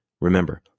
Remember